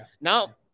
Now